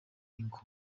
inc